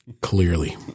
Clearly